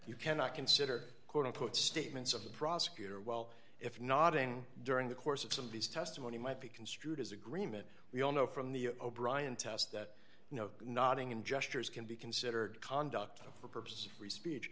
you cannot consider quote unquote statements of the prosecutor well if nodding during the course of some of these testimony might be construed as agreement we all know from the o'brian test that no nodding and gestures can be considered conduct f